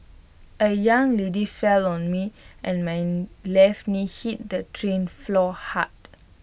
A young lady fell on me and my left knee hit the train floor hard